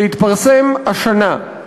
שהתפרסם השנה,